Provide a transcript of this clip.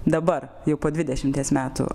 dabar jau po dvidešimties metų